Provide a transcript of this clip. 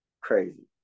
Crazy